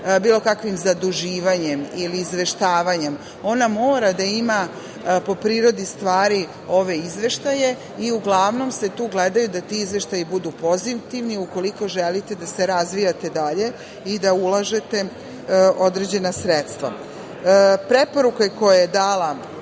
bilo kakvim zaduživanjem ili izveštavanjem, ona mora da ima po prirodi stvari ove izveštaje i uglavnom se tu gledaju da ti izveštaji budu pozitivni, ukoliko želite da se razvijate dalje i da ulažete određena sredstva. Preporuke koje je dala